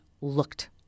looked